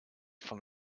from